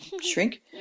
shrink